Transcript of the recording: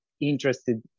interested